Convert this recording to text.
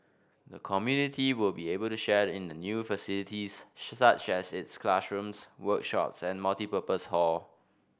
the community will be able to share in the new facilities such as its classrooms workshops and multipurpose hall